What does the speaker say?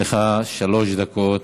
יש לך שלוש דקות,